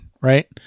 right